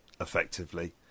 effectively